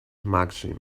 màxim